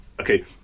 okay